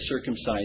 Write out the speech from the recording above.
circumcised